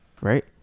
right